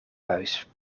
buis